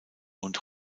und